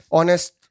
Honest